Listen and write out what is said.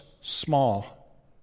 small